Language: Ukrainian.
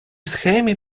схемі